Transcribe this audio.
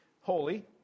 holy